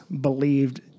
believed